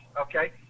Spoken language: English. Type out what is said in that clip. okay